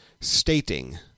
stating